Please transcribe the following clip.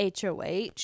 HOH